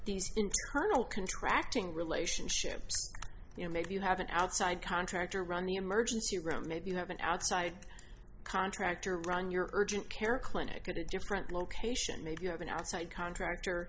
contracting relationships you know maybe you have an outside contractor run the emergency room maybe you have an outside contractor run your urgent care clinic at a different location maybe you have an outside contractor